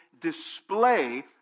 display